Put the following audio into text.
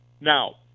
Now